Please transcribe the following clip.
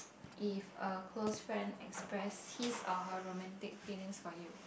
if a close friend express his or her romantic feelings for you